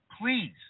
Please